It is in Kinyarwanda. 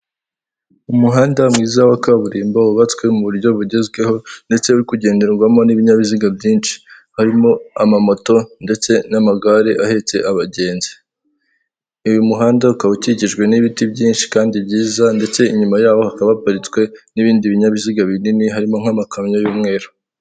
Umuhanda mwiza wa kaburimbo wubatswe mu buryo bugezweho ndetse kugenderwamo n'ibinyabiziga byinshi, harimo ama moto ndetse n'amagare ahetse abagenzi. Uyu muhanda ukaba ukikijwe n'ibiti byinshi kandi byiza ndetse inyuma y'aho hakaba haparitswe n'ibindi binyabiziga binini harimo nk'amakamyo y'umweru.